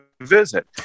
visit